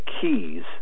keys